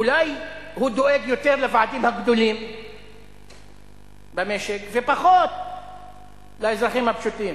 אולי הוא דואג יותר לוועדים הגדולים במשק ופחות לאזרחים הפשוטים.